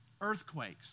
Earthquakes